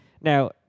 Now